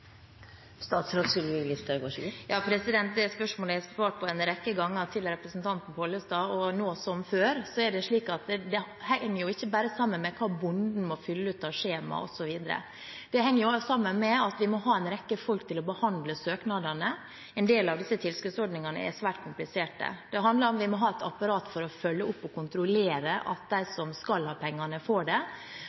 Det spørsmålet har jeg svart representanten Pollestad på en rekke ganger, og nå, som før, henger det ikke bare sammen med hva bonden må fylle ut av skjemaer osv. Det henger også sammen med at vi må ha en rekke folk til å behandle søknadene. En del av disse tilskuddsordningene er svært kompliserte. Det handler om at vi må et apparat for å følge opp og kontrollere at de som skal ha pengene, får dem. Sånn sett er det